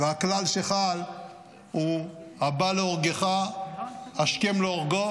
והכלל שחל הוא "הבא להורגך השכם להורגו".